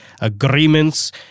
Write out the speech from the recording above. agreements